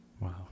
Wow